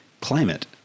climate